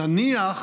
ולצערנו,